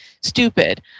stupid